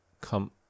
come